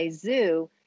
zoo